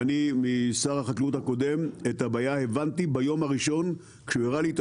משר החקלאות הקודם הבנתי את הבעיה ביום הראשון כשהוא הראה לי את